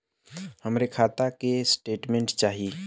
हमरे खाता के स्टेटमेंट चाही?